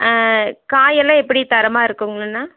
காய் எல்லாம் எப்படி தரமாக இருக்கும்ங்களா அண்ணா